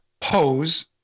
pose